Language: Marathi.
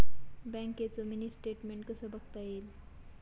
बँकेचं मिनी स्टेटमेन्ट कसं बघता येईल?